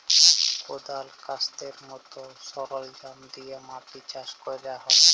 কদাল, ক্যাস্তের মত সরলজাম দিয়ে মাটি চাষ ক্যরা হ্যয়